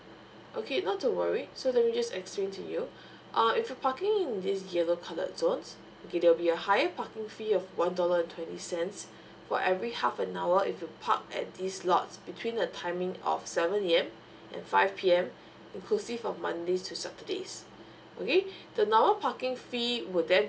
okay not to worry so let me just explain to you uh if you're parking in this yellow colored zone okay there will be a higher parking fee of one dollar twenty cents for every half an hour if you park at this lots between the timing of seven A M and five P M inclusive of mondays to saturdays okay the normal parking fee would then